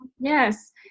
yes